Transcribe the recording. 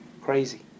crazy